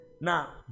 Now